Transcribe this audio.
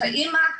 את האמא,